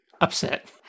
upset